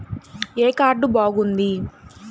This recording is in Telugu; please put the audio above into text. ఏ కార్డు బాగుంది?